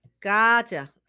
Gotcha